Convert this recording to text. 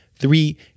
Three